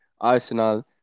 Arsenal